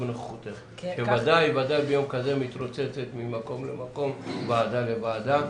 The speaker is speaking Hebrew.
בנוכחותך שאת ודאי מתרוצצת ביום הזה מוועדה לוועדה.